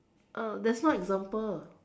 uh there's one example